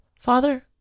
Father